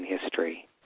history